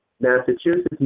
Massachusetts